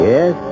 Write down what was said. Yes